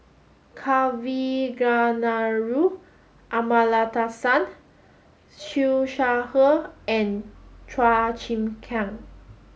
Kavignareru Amallathasan Siew Shaw Her and Chua Chim Kang